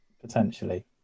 Potentially